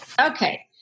Okay